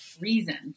reasons